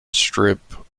strip